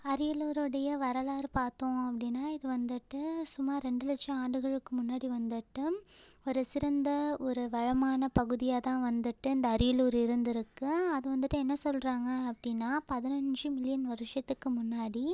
அரியலூரோடைய வரலாறு பார்த்தோம் அப்படின்னா இது வந்துட்டு சுமார் ரெண்டு லட்சம் ஆண்டுகளுக்கு முன்னாடி வந்துட்டு ஒரு சிறந்த ஒரு வளமான பகுதியாக தான் வந்துட்டு இந்த அரியலூர் இருந்துருக்குது அது வந்துட்டு என்ன சொல்கிறாங்க அப்படின்னா பதினஞ்சு மில்லியன் வருஷத்துக்கு முன்னாடி